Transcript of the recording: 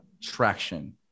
traction